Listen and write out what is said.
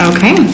Okay